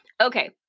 Okay